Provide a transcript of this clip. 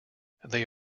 they